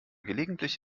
gelegentlich